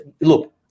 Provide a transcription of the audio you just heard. look